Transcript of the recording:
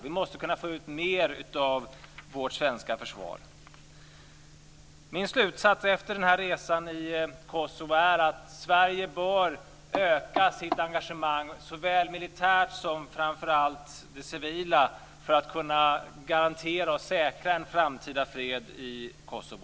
Vi måste kunna få ut mer av vårt svenska försvar. Min slutsats efter resan i Kosovo är att Sverige bör öka sitt engagemang såväl militärt som, framför allt, när det gäller det civila för att kunna garantera och säkra en framtida fred i Kosovo.